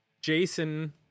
Jason